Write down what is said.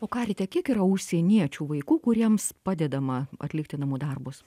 o karite kiek yra užsieniečių vaikų kuriems padedama atlikti namų darbus